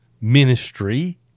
ministry